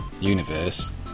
universe